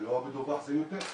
הלא מדווח זה יותר.